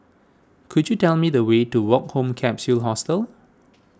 could you tell me the way to Woke Home Capsule Hostel